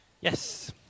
yes